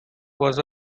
was